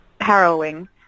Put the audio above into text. harrowing